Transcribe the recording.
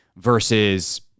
versus